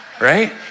right